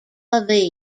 aviv